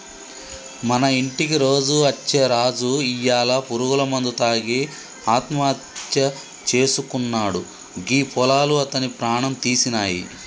మన ఇంటికి రోజు అచ్చే రాజు ఇయ్యాల పురుగుల మందు తాగి ఆత్మహత్య సేసుకున్నాడు గీ పొలాలు అతని ప్రాణం తీసినాయి